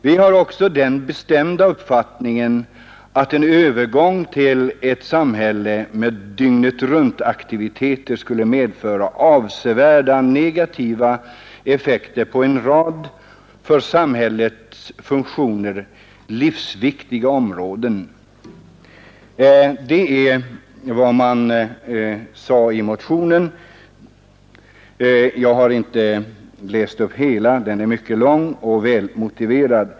Vi har också den bestämda uppfattningen att en övergång till ett samhälle med dygnet-runt-aktiviteter skulle medföra avsevärda negativa effekter på en rad för samhällets funktioner livsviktiga områden.” Det är en del av vad man sade i motionen. Jag har inte läst upp hela motionen, som är mycket lång och välmotiverad.